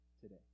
today